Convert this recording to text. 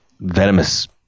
venomous